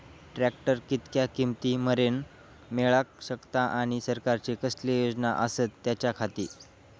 Tractor कितक्या किमती मरेन मेळाक शकता आनी सरकारचे कसले योजना आसत त्याच्याखाती?